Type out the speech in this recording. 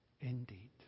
indeed